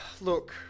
look